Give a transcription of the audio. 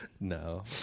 No